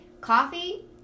Coffee